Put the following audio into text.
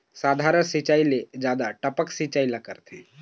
साधारण सिचायी ले जादा टपक सिचायी ला करथे